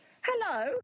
Hello